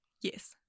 Yes